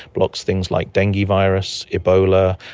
blocks things like dengue virus, ebola,